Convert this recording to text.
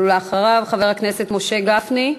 אחריו, חבר הכנסת משה גפני,